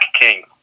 King